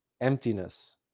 Emptiness